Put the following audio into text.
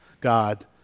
God